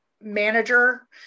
manager